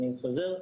אני חוזר,